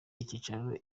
icyicaro